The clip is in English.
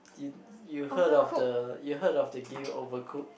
you you heard of the you heard of the game Overcooked